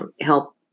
help